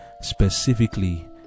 specifically